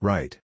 Right